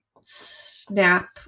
snap